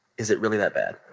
is it really that bad?